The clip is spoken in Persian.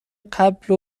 قبل